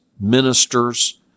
ministers